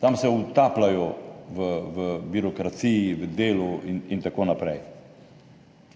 Tam se utapljajo v birokraciji, v delu in tako naprej.